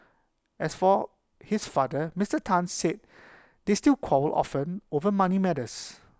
as for his father Mister Tan said they still quarrel often over money matters